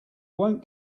won’t